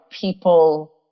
people